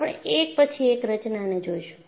આપણે એક પછી એક રચનાને જોઈશું